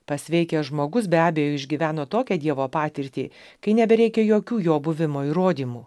pasveikęs žmogus be abejo išgyveno tokią dievo patirtį kai nebereikia jokių jo buvimo įrodymų